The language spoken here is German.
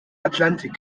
atlantik